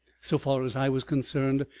so far as i was concerned,